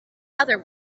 other